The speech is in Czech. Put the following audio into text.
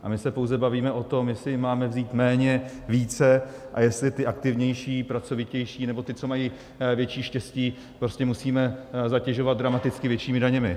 A my se pouze bavíme o tom, jestli máme vzít méně, více a jestli ty aktivnější, pracovitější nebo ty, kteří mají větší štěstí, musíme zatěžovat dramaticky většími daněmi.